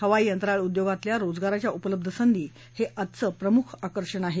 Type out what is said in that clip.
हवाई अंतराळ उदयोगातल्या रोजगाराच्या संधी उपलब्ध हे आजचं प्रमुख आकर्षण आहे